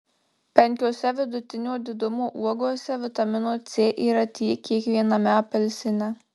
penkiose vidutinio didumo uogose vitamino c yra tiek kiek viename apelsine